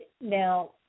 now